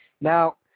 Now